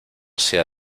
sea